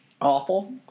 Awful